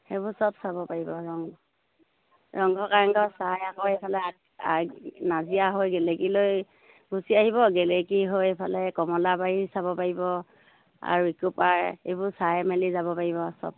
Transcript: সেইবোৰ চব চাব পাৰিব ৰং ৰংঘৰ কাৰেংঘৰ চাই আকৌ এইফালে নাজিয়া হৈ গেলেকীলৈ গুচি আহিব গেলেকী হৈ এইফালে কমলাবাৰী চাব পাৰিব আৰু এইবোৰ চাই মেলি যাব পাৰিব আৰু চব